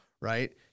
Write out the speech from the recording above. right